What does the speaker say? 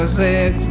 six